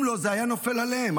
אם לא, זה היה נופל עליהם.